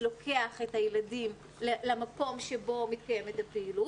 לוקח את הילדים למקום שבו מתקיימת הפעילות.